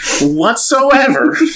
whatsoever